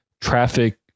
traffic